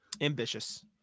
ambitious